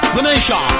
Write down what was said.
Venetia